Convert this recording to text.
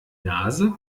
nase